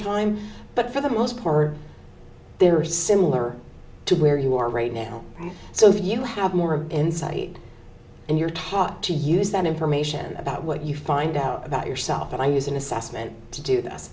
time but for the most part they are similar to where you are right now so if you have more insight and your top to use that information about what you find out about yourself and i use an assessment to do th